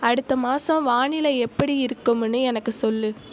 அடுத்த மாதம் வானிலை எப்படி இருக்கும்னு எனக்கு சொல்